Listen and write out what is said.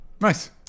Nice